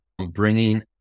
bringing